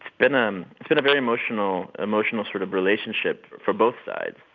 been um been a very emotional emotional sort of relationship for both sides